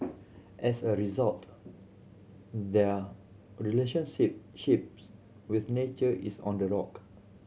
as a result their ships with nature is on the rock